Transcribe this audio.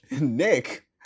Nick